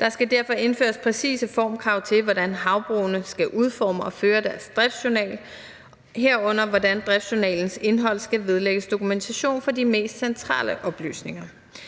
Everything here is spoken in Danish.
Der skal derfor indføres præcise formkrav til, hvordan havbrugene skal udforme og føre deres driftsjournal, herunder hvordan driftjournalens indhold skal vedlægges dokumentation for de mest centrale oplysninger.